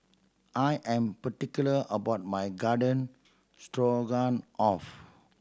I am particular about my Garden Stroganoff